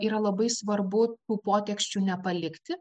yra labai svarbu tų poteksčių nepalikti